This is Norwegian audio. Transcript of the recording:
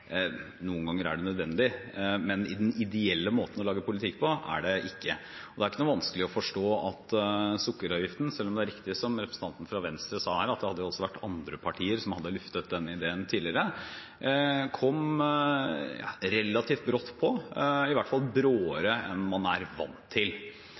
Noen ganger er det nødvendig, men i den ideelle måten å lage politikk på er det ikke det. Det er ikke noe vanskelig å forstå at sukkeravgiften – selv om det er riktig som representanten fra Venstre sa her, at det også har vært andre partier som har luftet denne ideen tidligere – kom relativt brått på, i hvert fall bråere enn man er vant til.